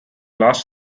last